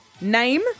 Name